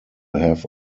have